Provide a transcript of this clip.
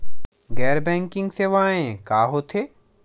गैर बैंकिंग सेवाएं का होथे?